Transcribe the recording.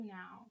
now